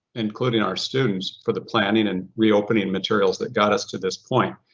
including our students for the planning and reopening materials that got us to this point.